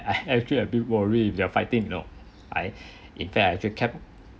I actually a bit worried if they're fighting you know I in fact I feel cap~